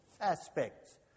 aspects